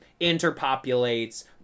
interpopulates